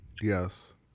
Yes